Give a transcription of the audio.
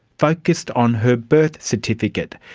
focussed on her birth certificate,